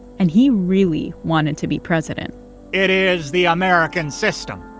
and he really wanted to be president it is the american system.